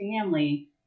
family